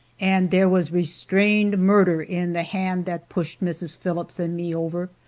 and there was restrained murder in the hand that pushed mrs. phillips and me over.